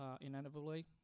inevitably